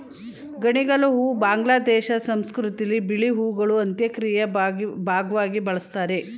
ಗಣಿಗಲು ಹೂ ಬಾಂಗ್ಲಾದೇಶ ಸಂಸ್ಕೃತಿಲಿ ಬಿಳಿ ಹೂಗಳು ಅಂತ್ಯಕ್ರಿಯೆಯ ಭಾಗ್ವಾಗಿ ಬಳುಸ್ತಾರೆ